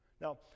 Now